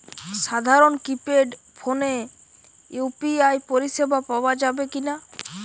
সাধারণ কিপেড ফোনে ইউ.পি.আই পরিসেবা পাওয়া যাবে কিনা?